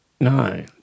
No